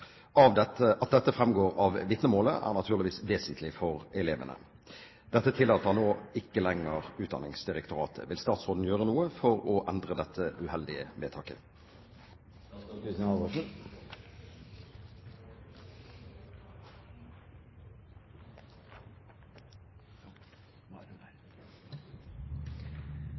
av vitnemålet, er naturligvis vesentlig for elevene. Dette tillater nå ikke lenger Utdanningsdirektoratet. Vil statsråden gjøre noe for å endre dette uheldige